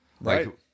Right